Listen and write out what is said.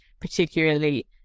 particularly